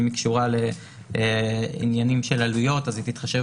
אם היא קשורה לעניינים של עלויות היא תתחשב